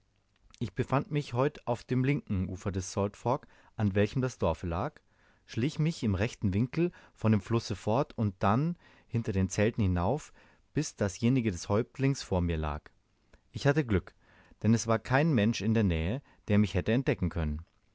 ich befand mich heut auf dem linken ufer des salt fork an welchem das dorf lag schlich mich im rechten winkel von dem flusse fort und dann hinter den zelten hinauf bis dasjenige des häuptlings vor mir lag ich hatte glück denn es war kein mensch in der nähe der mich hätte entdecken können